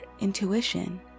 intuition